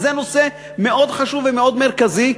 וזה נושא מאוד חשוב ומאוד מרכזי.